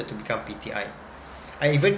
to become P_T_I I even